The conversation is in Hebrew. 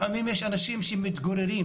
לפעמים יש אנשים שמתגוררים